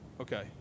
okay